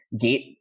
gate